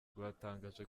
ryatangaje